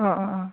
अह अह अह